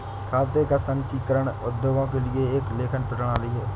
खाते का संचीकरण उद्योगों के लिए एक लेखन प्रणाली है